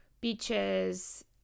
beaches